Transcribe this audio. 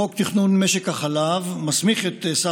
חברת הכנסת קארין